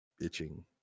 itching